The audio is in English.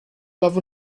love